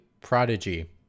prodigy